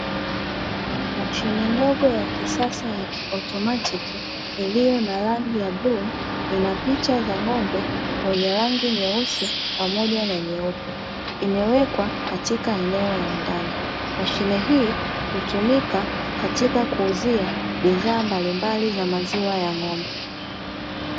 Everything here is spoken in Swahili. Mashine ndogo ya kisasa ya kiautomatiki iliyo na rangi ya bluu ina picha za ng'ombe wenye rangi nyeusi pamoja na nyeupe imewekwa katika eneo la ndani. Mashine hii hutumika katika kuuzia bidhaa mbalimbali za maziwa ya ng'ombe.